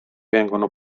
vengono